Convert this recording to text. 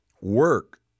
work